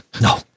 no